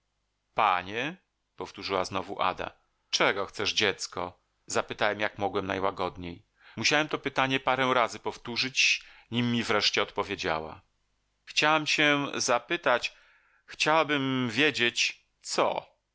panie powtórzyła znowu ada czego chcesz dziecko zapytałem jak mogłem najłagodniej musiałem to pytanie parę razy powtórzyć nim mi wreszcie odpowiedziała chciałam się zapytać chciałabym wiedzieć co